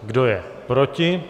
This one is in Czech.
Kdo je proti?